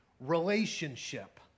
relationship